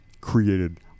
created